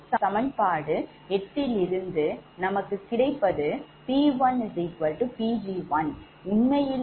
சமன்பாடு எட்டிலிருந்து நமக்கு கிடைப்பது 𝑃1𝑃𝑔1 உண்மையிலேயே 𝑃g11−cos𝛿31−10sin𝛿311−cos−5